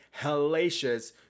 hellacious